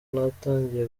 natangiye